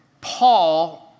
Paul